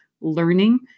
learning